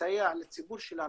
לסייע לציבור שלנו,